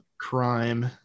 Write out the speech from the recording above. crime